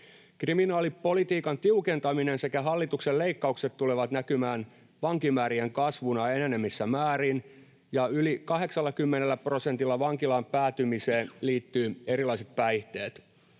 Kriminaalipolitiikan tiukentaminen sekä hallituksen leikkaukset tulevat näkymään vankimäärien kasvuna enenevissä määrin, ja yli 80 prosentilla vankilaan päätymiseen liittyvät erilaiset päihteet.